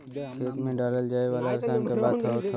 खेत मे डालल जाए वाला रसायन क बात होत हौ